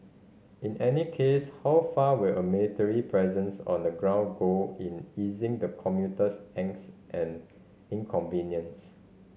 in any case how far will a military presence on the ground go in easing the commuter's angst and inconvenience